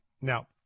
Now